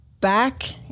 Back